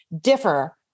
differ